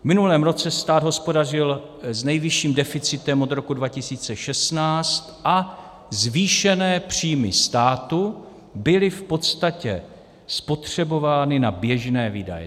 V minulém roce stát hospodařil s nejvyšším deficitem od roku 2016 a zvýšené příjmy státu byly v podstatě spotřebovány na běžné výdaje.